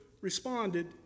responded